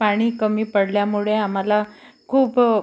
पाणी कमी पडल्यामुळे आम्हाला खूप